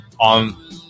on